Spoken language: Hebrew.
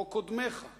כמו קודמיך בתפקיד,